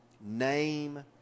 name